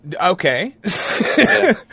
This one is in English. okay